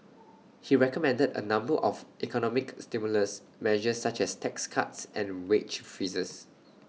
he recommended A number of economic stimulus measures such as tax cuts and wage freezes